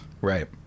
right